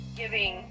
giving